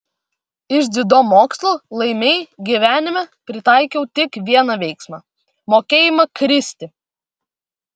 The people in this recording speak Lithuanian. iš dziudo mokslų laimei gyvenime pritaikiau tik vieną veiksmą mokėjimą kristi